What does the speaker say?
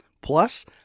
Plus